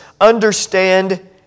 understand